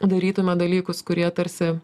darytume dalykus kurie tarsi